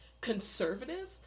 conservative